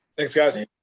thanks, guys.